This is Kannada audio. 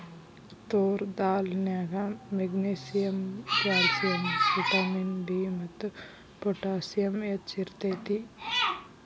ತೋರ್ ದಾಲ್ ನ್ಯಾಗ ಮೆಗ್ನೇಸಿಯಮ್, ಕ್ಯಾಲ್ಸಿಯಂ, ವಿಟಮಿನ್ ಬಿ ಮತ್ತು ಪೊಟ್ಯಾಸಿಯಮ್ ಹೆಚ್ಚ್ ಇರ್ತೇತಿ